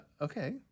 Okay